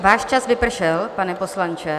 Váš čas vypršel, pane poslanče.